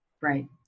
right